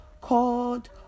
called